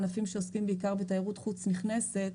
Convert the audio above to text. ענפים שעוסקים בעיקר בתיירות חוץ נכנסת,